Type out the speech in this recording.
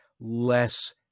less